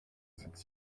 cette